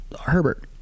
Herbert